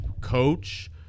coach